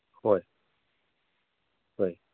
ꯍꯣꯏ ꯍꯣꯏ